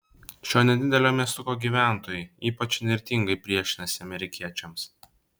šio nedidelio miestuko gyventojai ypač įnirtingai priešinasi amerikiečiams